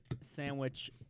sandwich